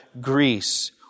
Greece